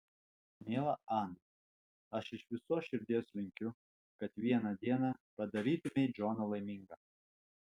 miela ana aš iš visos širdies linkiu kad vieną dieną padarytumei džoną laimingą